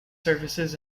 services